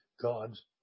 God's